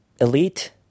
Elite